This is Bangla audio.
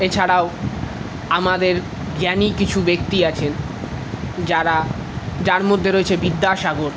এছাড়াও আমাদের জ্ঞানী কিছু ব্যক্তি আছেন যারা যার মধ্যে রয়েছে বিদ্যাসাগর